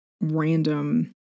random